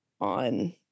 on